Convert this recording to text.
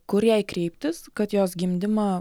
kur jai kreiptis kad jos gimdymą